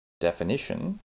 definition